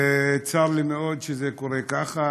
וצר לי מאוד שזה קורה כך,